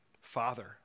Father